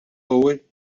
howe